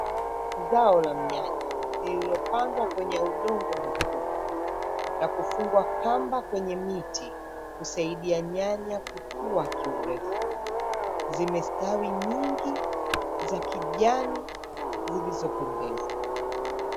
Zao la mnyanya lililopandwa kwenye udongo mwekundu na kufungwa kamba kwenye miti kusaidia nyanya kukua kiurefu. Zimestawi nyingi, za kijani, zilizopendeza.